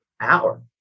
hour